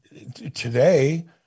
today